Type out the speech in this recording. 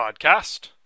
podcast